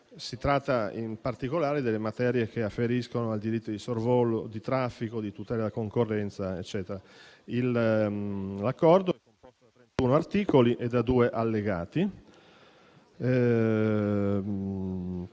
Si tratta, in particolare, delle materie che afferiscono ai diritti di sorvolo, di traffico, di tutela della concorrenza e quant'altro. L'Accordo si compone di trentuno articoli e due allegati.